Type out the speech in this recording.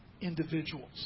individuals